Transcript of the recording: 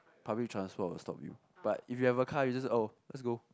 public transport will stop you but if you have a car you just oh let's go